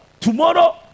Tomorrow